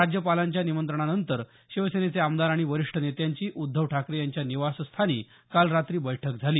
राज्यपालांच्या निमंत्रणानंतर शिवसेनेचे आमदार आणि वरिष्ठ नेत्यांची उद्धव ठाकरे यांच्या निवासस्थानी काल रात्री बैठक झाली